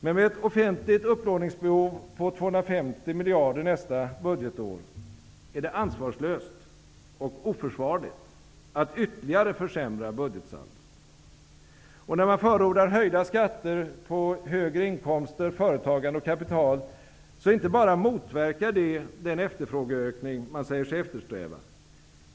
Men med ett offentligt upplåningsbehov på 250 miljarder nästa budgetår är det ansvarslöst och oförsvarligt att ytterligare försämra budgetsaldot. Och när man förordar höjda skatter på högre inkomster, företagande och kapital, så inte bara motverkar det den efterfrågeökning man säger sig eftersträva.